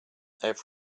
that